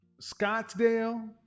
Scottsdale